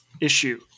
issue